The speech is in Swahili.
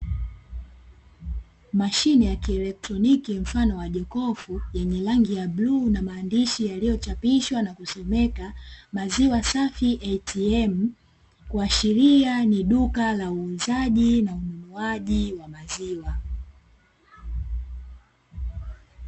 Mashine ya kielektroniki mfano wa jokofu, yenye rangi ya bluu na maandishi yaliyochapishwa na kusomeka maziwa safi "ATM" kuashiria ni duka la uuzaji na ununuaji wa maziwa.